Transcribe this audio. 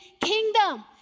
kingdom